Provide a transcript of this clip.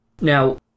Now